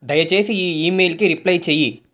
దయచేసి ఈ ఇమెయిల్కి రిప్లై చెయ్యి